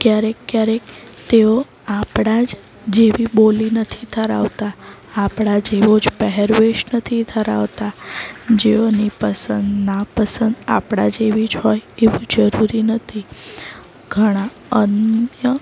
ક્યારેક ક્યારેક તેઓ આપણા જ જેવી બોલી નથી ધરાવતા આપણા જેવો જ પહેરવેશ નથી ધરાવતા જેઓની પસંદ નાપસંદ આપણા જેવી જ હોય એવું જરૂરી નથી ઘણા અન્ય